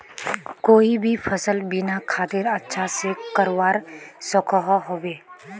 कोई भी सफल बिना खादेर अच्छा से बढ़वार सकोहो होबे?